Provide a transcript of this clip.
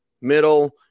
middle